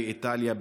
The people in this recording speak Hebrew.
באיטליה,